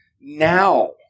now